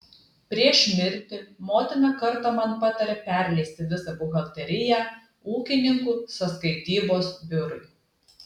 prieš mirtį motina kartą man patarė perleisti visą buhalteriją ūkininkų sąskaitybos biurui